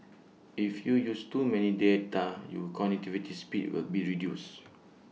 if you use too many data your connectivity speed will be reduced